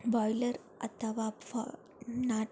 boiler ಅಥವಾ ಫಾ ನಾ